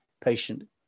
patient